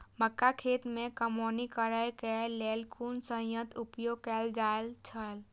मक्का खेत में कमौनी करेय केय लेल कुन संयंत्र उपयोग कैल जाए छल?